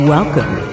Welcome